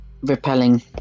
Repelling